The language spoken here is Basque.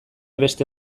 beste